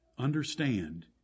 Understand